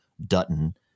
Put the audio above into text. Dutton